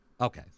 Okay